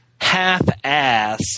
half-ass